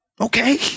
okay